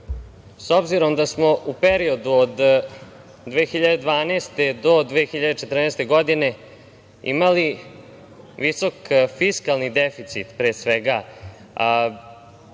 s obzirom da smo u periodu od 2012. do 2014. godine imali visok fiskalni deficit, pre svega,